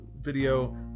video